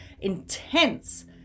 intense